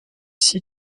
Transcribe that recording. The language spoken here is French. ici